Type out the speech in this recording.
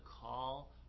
call